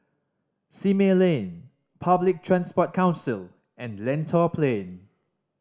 Simei Lane Public Transport Council and Lentor Plain